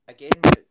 Again